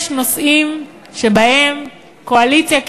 יש נושאים שבהם קואליציה כאופוזיציה,